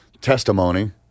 testimony